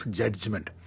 judgment